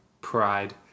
pride